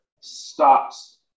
stops